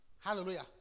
hallelujah